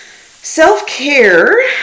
Self-care